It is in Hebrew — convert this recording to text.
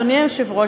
אדוני היושב-ראש,